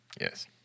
Yes